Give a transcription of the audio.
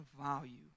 value